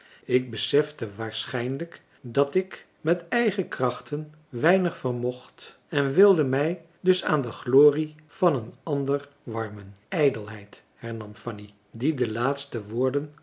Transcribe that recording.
ik besefte waarschijnlijk dat ik met eigen krachten weinig vermocht en wilde mij dus aan de glorie van een ander warmen ijdelheid hernam fanny die de laatste woorden